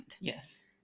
yes